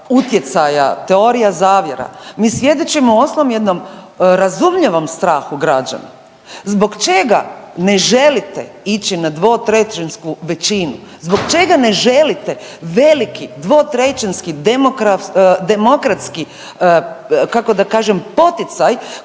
utjecaja teorija zavjera, mi svjedočimo uostalom jednom razumljivom strahu građana. Zbog čega ne želite ići na dvotrećinsku većinu, zbog čega ne želite veliki dvotrećinski demokratski,